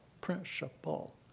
principle